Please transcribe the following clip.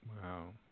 Wow